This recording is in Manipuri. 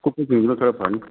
ꯑꯀꯨꯞꯄꯁꯤꯡꯗꯨꯅ ꯈꯔ ꯐꯅꯤ